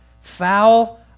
Foul